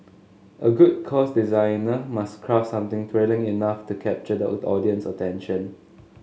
a good course designer must craft something thrilling enough to capture the old audience attention